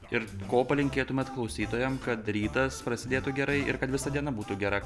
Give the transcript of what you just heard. ir ko palinkėtumėt klausytojam kad rytas prasidėtų gerai ir kad visa diena būtų gera